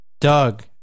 Doug